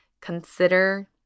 Consider